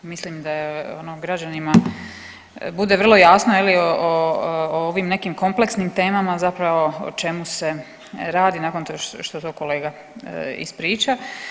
Mislim da ono građanima bude vrlo jasno je li o ovim nekim kompleksnim temama zapravo o čemu se radi nakon što to kolega ispriča.